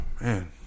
man